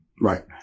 Right